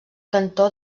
cantó